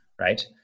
right